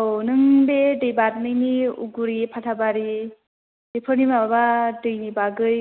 औ नों बे दै बारनायनि औगुरि पाथाबारि बेफोरनि माबा दैनि बागै